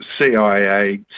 CIA